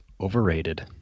overrated